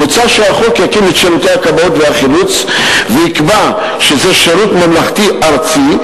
מוצע שהחוק יקים את שירותי הכבאות והחילוץ ויקבע שזה שירות ממלכתי ארצי,